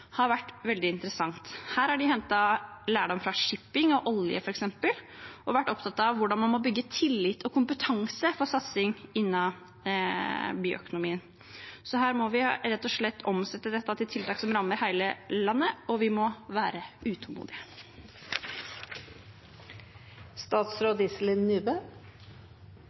har vært veldig interessant. Her har de hentet lærdom fra f.eks. shipping- og oljeindustrien og vært opptatt av hvordan man må bygge tillit og kompetanse for satsing innenfor bioøkonomien. Her må vi rett og slett omsette dette i tiltak som favner hele landet, og vi må være